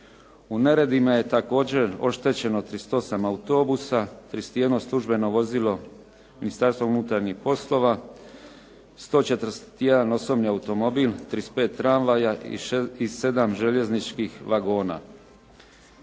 U neredima je također oštećeno 38 autobusa, 31 službeno vozilo Ministarstva unutarnjih poslova, 141 osobni automobil, 35 tramvaja i 7 željezničkih vagona.